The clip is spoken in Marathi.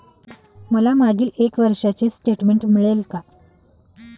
मला मागील एक वर्षाचे स्टेटमेंट मिळेल का?